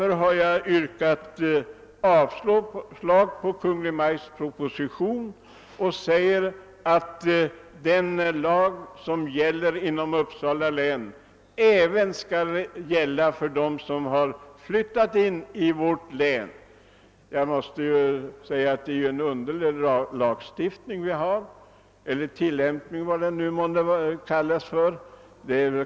Jag har därför yrkat avslag på Kungl. Maj:ts proposition och anfört, att den lag som hittills gällt inom Uppsala län även skall gälla för de områden som har införlivats med vårt län. Enligt min mening har vi en mycket underlig lagstiftning — eller kanske tillämpningen av densamma är underlig.